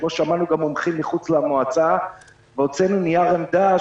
שבו שמענו גם מומחים מחוץ למועצה והוצאנו נייר עמדה,